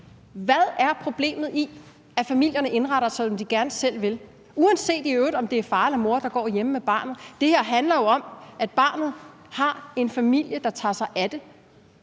Hvad er problemet i, at familierne indretter sig, som de gerne selv vil, i øvrigt uanset om det er far eller mor, der går hjemme med barnet? Det her handler jo om, at barnet har en familie, der tager sig af det.